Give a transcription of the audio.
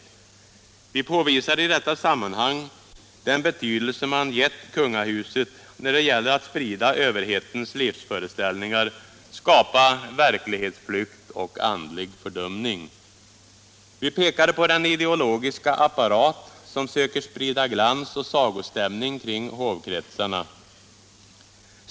Vi påvisade i detta sammanhang den betydelse man givit kungahuset när det gäller att sprida överhetens livsföreställningar, skapa verklighetsflykt och fördumning. Vi pekade på den ideologiska apparat som söker sprida glans och sagostämmning kring hovkretsarna.